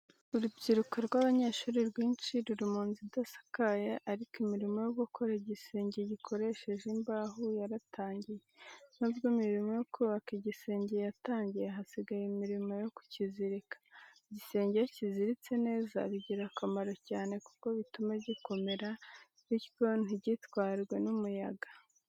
Urubyiruko rw'abanyeshuri rwishimye ruri mu nzu idasakaye ariko imirimo yo gukora igisenge gikoresheje imbaho yaratangiye. N'ubwo imirimo yo kubaka igisenge yatangiye, hasigaye imirimo yo kukizirika. Igisenge iyo kiziritse neza bigira akamaro cyane kuko bituma gikomera bityo ntigitwarwe n'umuyaga.